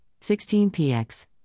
16px